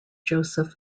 joseph